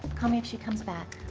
call me if she comes back.